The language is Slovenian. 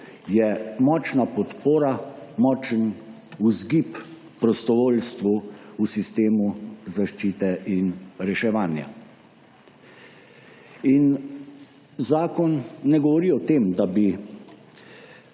Je močna podpora, je močen vzgib prostovoljstvu v sistemu zaščite in reševanja. In zakon ne govori o tem, da bi